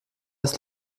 ist